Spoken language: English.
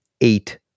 eight